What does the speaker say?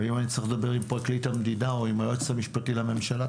ואם אני צריך לדבר עם פרקליט המדינה או עם היועץ המשפטי לממשלה,